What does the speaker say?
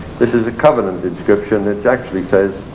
this is a covenant inscription, it actually says,